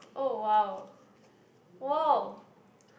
oh !wow! !wow!